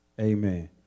Amen